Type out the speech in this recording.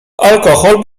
alkohol